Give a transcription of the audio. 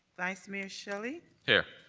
vice mayor shelley. yeah